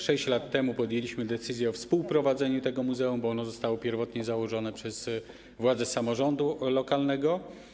6 lat temu podjęliśmy decyzję o współprowadzeniu tego muzeum, bo zostało ono pierwotnie założone przez władze samorządu lokalnego.